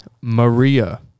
Maria